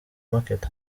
market